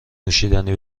نوشیدنی